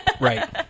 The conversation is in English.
Right